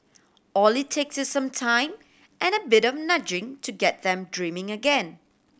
all it takes is some time and a bit of nudging to get them dreaming again